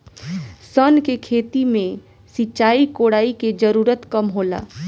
सन के खेती में सिंचाई, कोड़ाई के जरूरत कम होला